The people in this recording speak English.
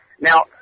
Now